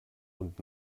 und